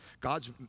God's